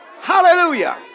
Hallelujah